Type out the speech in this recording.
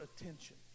attention